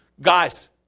guys